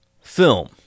film